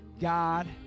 God